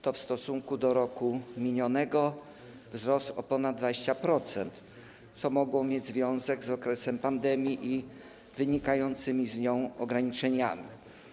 To w stosunku do roku minionego wzrost o ponad 20%, co mogło mieć związek z okresem pandemii i wynikającymi z niej ograniczeniami.